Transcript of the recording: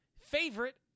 Favorite